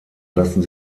lassen